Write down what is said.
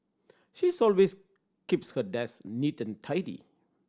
she's always keeps her desk neat and tidy